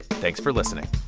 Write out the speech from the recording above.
thanks for listening